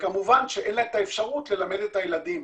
כמובן שאין להם אפשרות ללמד את הילדים.